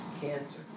cancer